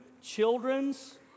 children's